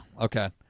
Okay